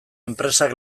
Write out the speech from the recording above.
enpresak